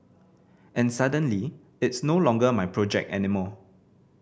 and suddenly it's no longer my project anymore